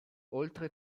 oltre